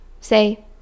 say